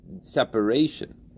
separation